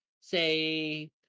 say